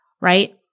right